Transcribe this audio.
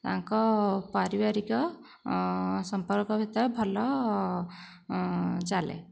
ତାଙ୍କ ପାରିବାରିକ ସମ୍ପର୍କ ଭିତରେ ଭଲ ଚାଲେ